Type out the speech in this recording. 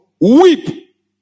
weep